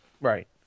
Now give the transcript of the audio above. Right